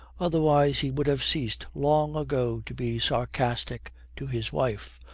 otherwise he would have ceased long ago to be sarcastic to his wife,